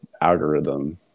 algorithm –